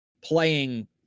playing